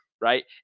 Right